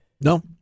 No